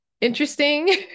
interesting